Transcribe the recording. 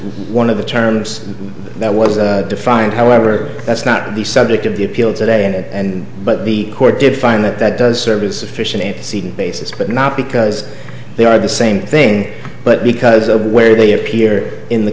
one of the terms that was defined however that's not the subject of the appeal today and but the court did find that that does serve a sufficient seed basis but not because they are the same thing but because of where they appear in the